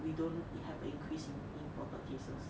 we don't have a increase in imported cases